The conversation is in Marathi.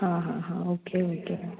हां हां हां ओके ओके